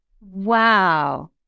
Wow